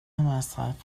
myself